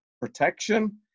protection